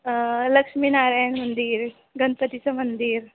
लक्ष्मी नारायण मंदिर गणपतीचं मंदिर